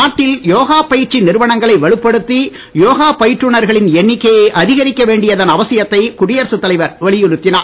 நாட்டில் யோகா பயிற்சி நிறுவனங்களை வலுப்படுத்தி யோகா பயிற்றுனர்களின் எண்ணிக்கையை அதிகரிக்க வேண்டியதன் அவசியத்தை குடியரசுத் தலைவர் வலியுறுத்தினார்